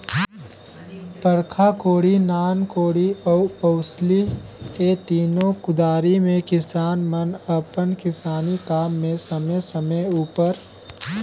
बड़खा कोड़ी, नान कोड़ी अउ बउसली ए तीनो कुदारी ले किसान मन अपन किसानी काम मे समे समे उपर